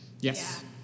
Yes